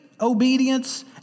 obedience